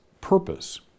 purpose